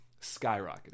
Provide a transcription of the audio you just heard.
skyrocketed